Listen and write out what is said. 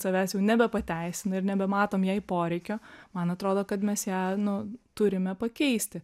savęs jau nebepateisina ir nebematom jai poreikio man atrodo kad mes ją nu turime pakeisti